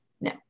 No